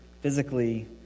physically